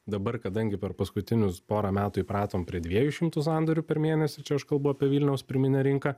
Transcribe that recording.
dabar kadangi per paskutinius porą metų įpratom prie dviejų šimtų sandorių per mėnesį čia aš kalbu apie vilniaus pirminę rinką